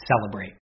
celebrate